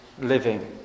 living